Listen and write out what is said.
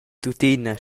tuttina